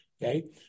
Okay